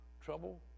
trouble